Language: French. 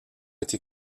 été